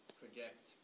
project